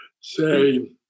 say